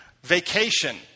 Vacation